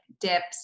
dips